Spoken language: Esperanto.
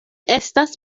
estas